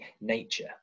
nature